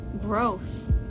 growth